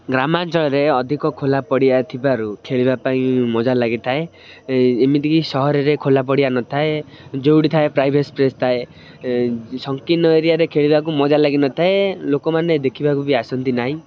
ଗ୍ରାମାଞ୍ଚଳରେ ଅଧିକ ଖୋଲାପଡ଼ିଆ ଥିବାରୁ ଖେଳିବା ପାଇଁ ମଜା ଲାଗିଥାଏ ଏମିତିକି ସହରରେ ଖୋଲାପଡ଼ିଆ ନଥାଏ ଯେଉଁଠି ଥାଏ ପ୍ରାଇଭେଟ ସ୍ପେସ୍ ଥାଏ ସଂକୀର୍ଣ୍ଣ ଏରିଆରେ ଖେଳିବାକୁ ମଜା ଲାଗିନଥାଏ ଲୋକମାନେ ଦେଖିବାକୁ ବି ଆସନ୍ତି ନାହିଁ